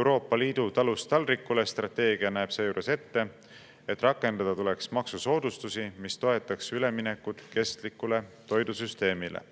Euroopa Liidu talust taldrikule strateegia näeb ette, et rakendada tuleks maksusoodustusi, mis toetaks üleminekut kestlikule toidusüsteemile."